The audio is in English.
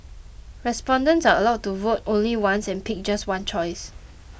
respondents are allowed to vote only once and pick just one choice